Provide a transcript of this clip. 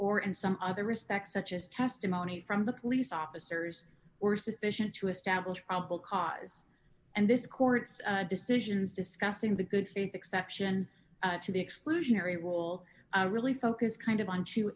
or in some other respects such as testimony from the police officers were sufficient to establish probable cause and this court's decisions discussing the good faith exception to the exclusionary rule really focus kind of on